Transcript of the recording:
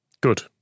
good